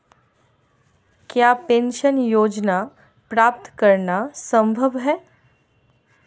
क्या पेंशन योजना प्राप्त करना संभव है?